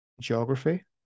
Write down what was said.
geography